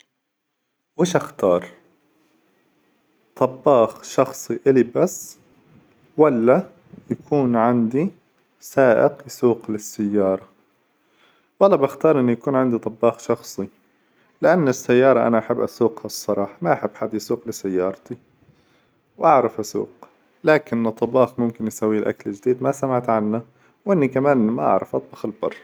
وش اختار طباخ شخصي إلي بس ولا يكون عندي سائق يسوق لي السيارة؟ والله باختار إني يكون عندي طباخ شخصي، لأن السيارة أنا أحب أسوقها الصراحة ما أحب حد يسوق لي سيارتي وأعرف أسوق، لكن طباخ ممكن يسوي لي أكل جديد ما سمعت عنه، وإني كمان ما أعرف أطبخ للبر.